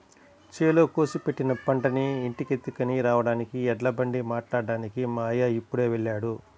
చేలో కోసి పెట్టిన పంటని ఇంటికెత్తుకొని రాడానికి ఎడ్లబండి మాట్లాడ్డానికి మా అయ్య ఇప్పుడే వెళ్ళాడు